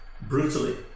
brutally